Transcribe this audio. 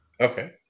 Okay